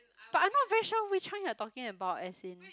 but I'm not very sure which hunk you're talking about as in